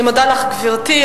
אני מודה לך, גברתי.